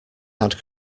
had